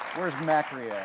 where's macri ah